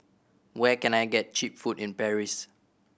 where can I get cheap food in Paris